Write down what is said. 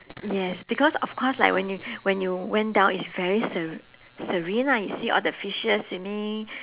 yes because of course like when you when you went down is very sere~ serene lah you see all the fishes swimming